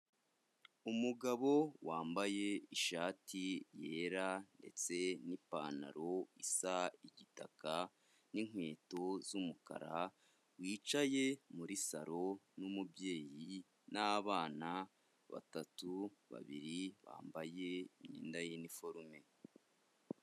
Umugabo wambaye ishati yera ndetse n'ipantaro isa igitaka n'inkweto z'umukara ,wicaye muri salo n'umubyeyi n'abana batatu babiri bambaye imyenda y'iniforume.